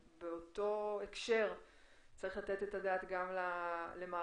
באותו הקשר צריך לתת את הדעת גם על המערכת